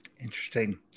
Interesting